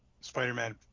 Spider-Man